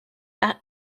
par